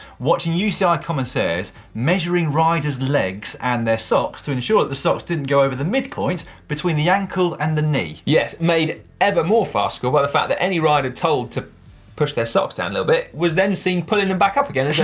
watching uci so commissaires measuring rider's legs and their socks to ensure that the socks didn't go over the midpoint between the ankle and the knee. yes, made ever more farcical by the fact that any rider told to push their socks down a little bit, was then seen pulling them back ah